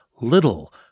little